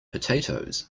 potatoes